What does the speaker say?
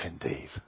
indeed